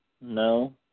No